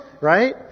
Right